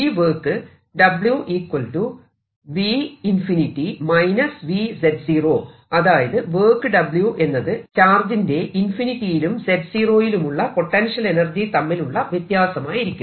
ഈ വർക്ക് അതായത് work W എന്നത് ചാർജിന്റെ ഇൻഫിനിറ്റിയിലും z0 യിലുമുള്ള പൊട്ടൻഷ്യൽ എനർജി തമ്മിലുള്ള വ്യത്യാസമായിരിക്കും